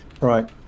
right